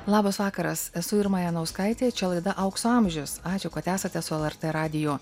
labas vakaras esu irma janauskaitė čia laida aukso amžius ačiū kad esate su lrt radiju